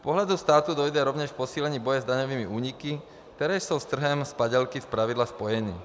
Z pohledu státu dojde rovněž k posílení boje s daňovými úniky, které jsou s trhem s padělky zpravidla spojeny.